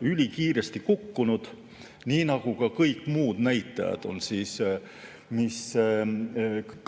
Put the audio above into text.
ülikiiresti kukkunud nii nagu ka kõik muud näitajad.